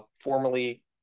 formerly